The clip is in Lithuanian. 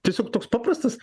tiesiog toks paprastas